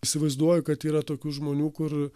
įsivaizduoju kad yra tokių žmonių kur